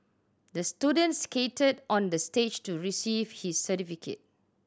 the student skated on the stage to receive his certificate